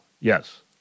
Yes